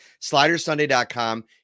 slidersunday.com